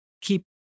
keep